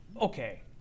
Okay